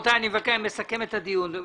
אני מסכם את הדיון.